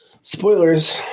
Spoilers